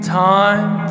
time